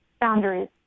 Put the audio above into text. Boundaries